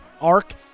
ARC